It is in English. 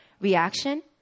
reaction